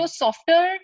softer